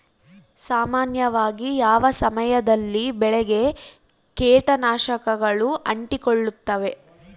ಸಾಮಾನ್ಯವಾಗಿ ಯಾವ ಸಮಯದಲ್ಲಿ ಬೆಳೆಗೆ ಕೇಟನಾಶಕಗಳು ಅಂಟಿಕೊಳ್ಳುತ್ತವೆ?